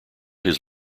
his